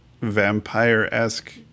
vampire-esque